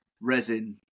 resin